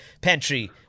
Pantry